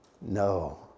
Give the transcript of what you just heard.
No